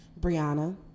Brianna